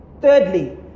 Thirdly